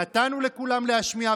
נתנו לכולם להשמיע,